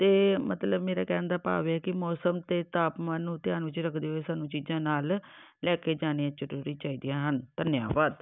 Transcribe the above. ਅਤੇ ਮਤਲਬ ਮੇਰਾ ਕਹਿਣ ਦਾ ਭਾਵ ਇਹ ਹੈ ਕਿ ਮੌਸਮ ਅਤੇ ਤਾਪਮਾਨ ਨੂੰ ਧਿਆਨ ਵਿੱਚ ਰੱਖਦੇ ਹੋਏ ਸਾਨੂੰ ਚੀਜ਼ਾਂ ਨਾਲ ਲੈ ਕੇ ਜਾਣੀਆ ਜ਼ਰੂਰੀ ਚਾਹੀਦੀਆਂ ਹਨ ਧੰਨਵਾਦ